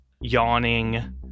yawning